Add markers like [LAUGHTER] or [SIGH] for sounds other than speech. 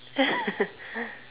[LAUGHS]